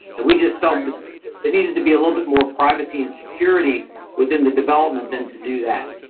and we just felt that it needed to be a little bit more privacy and security within the development than to do that.